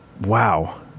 Wow